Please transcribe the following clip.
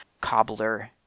cobbler